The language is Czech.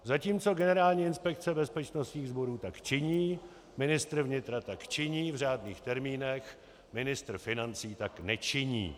Zatímco Generální inspekce bezpečnostních sborů tak činí, ministr vnitra tak činí v řádných termínech, ministr financí tak nečiní.